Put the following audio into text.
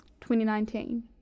2019